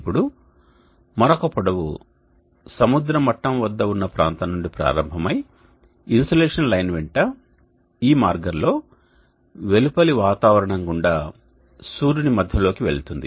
ఇప్పుడు మరొక పొడవు సముద్ర మట్టం వద్ద ఉన్న ప్రాంతం నుండి ప్రారంభమై ఇన్సోలేషన్ లైన్ వెంట ఈ మార్గంలో వెలుపలి వాతావరణం గుండా సూర్యుని మధ్యలోకి వెళుతుంది